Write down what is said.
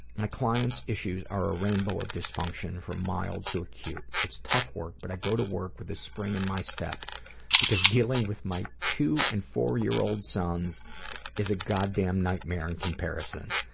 my clients' issues are a rainbow of dysfunction from mild to acute. it's tough work but i go to work with a spring in my step because dealing with my two and four-year-old sons is a goddamn nightmare in comparison.